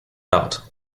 out